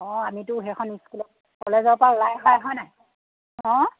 অঁ আমিতো সেইখন স্কুলৰ কলেজৰপৰা ওলাই অহাই হয় নাই অঁ